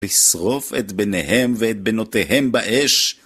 לשרוף את בניהם ואת בנותיהם באש.